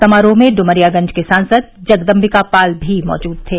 समारोह में ड्मरियागंज के सांसद जगदम्बिकापाल भी मौजूद थे